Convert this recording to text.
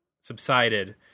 subsided